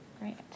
Great